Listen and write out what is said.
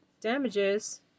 damages